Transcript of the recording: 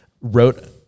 wrote